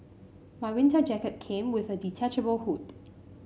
my winter jacket came with a detachable hood